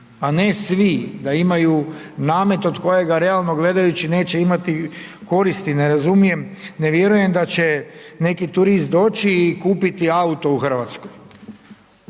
a ne svi da imaju namet od kojeg realno gledajući neće imati koristi. Ne razumijem, ne vjerujem da će neki turist doći i kupiti auto u Hrvatskoj,